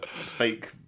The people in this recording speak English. fake